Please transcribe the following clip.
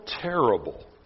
terrible